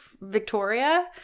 Victoria